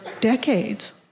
decades